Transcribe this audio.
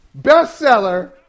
bestseller